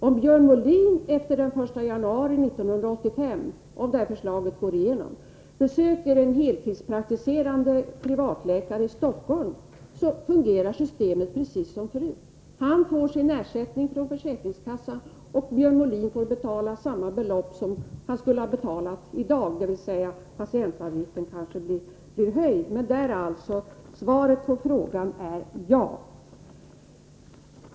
Om Björn Molin efter den 1 januari 1985 — förutsatt att detta förslag går igenom — besöker en heltidspraktiserande privatläkare i Stockholm, fungerar systemet precis som förut. Läkaren får sin ersättning från försäkringskassan och Björn Molin får betala samma belopp som i dag. Patientavgiften kanske blir höjd, men svaret på frågan är ja.